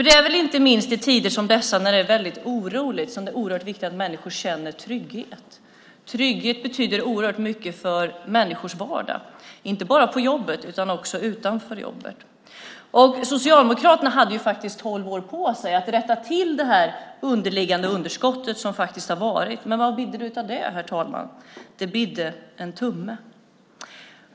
Det är inte minst i tider som dessa när det är väldigt oroligt som det är oerhört viktigt att människor känner trygghet. Trygghet betyder oerhört mycket för människors vardag, inte bara på jobbet utan också utanför jobbet. Socialdemokraterna hade faktiskt tolv år på sig att rätta till det underliggande underskott som har varit. Men vad bidde det av det, herr talman? Det bidde en tumme.